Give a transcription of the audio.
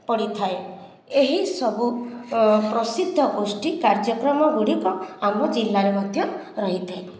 ପଡ଼ିଥାଏ ଏହିସବୁ ପ୍ରସିଦ୍ଧ ଗୋଷ୍ଠୀ କାର୍ଯ୍ୟକ୍ରମଗୁଡ଼ିକ ଆମ ଜିଲ୍ଲାରେ ମଧ୍ୟ ରହିଥାଏ